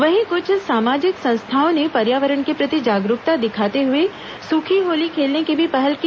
वहीं कुछ सामाजिक संस्थाओं ने पर्यावरण के प्रति जागरूकता दिखाते हुए सूखी होली खेलने की भी पहल की